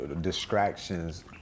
distractions